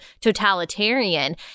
totalitarian